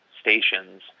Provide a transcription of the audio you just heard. stations